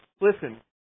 listen